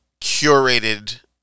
curated